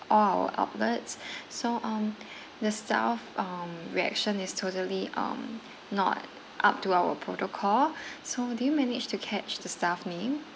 all outlets so um the staff um reaction is totally um not up to our protocol so did you manage to catch the staff name